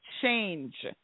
change